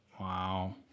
Wow